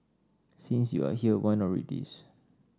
since you are here why not read this